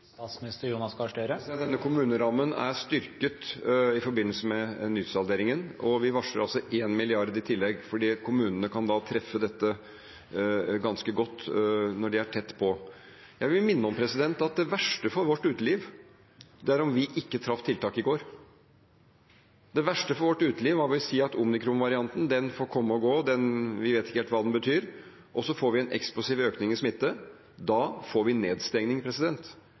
Denne kommunerammen er styrket i forbindelse med nysalderingen, og vi varsler altså 1 mrd. kr i tillegg, fordi kommunene da kan treffe dette ganske godt når de er tett på. Jeg vil minne om at det verste for vårt uteliv ville vært om vi ikke traff tiltak i går. Det verste for vårt uteliv ville vært å si at omikronvarianten får komme og gå, vi vet ikke helt hva den betyr, og så får vi en eksplosiv økning i smitte. Da får vi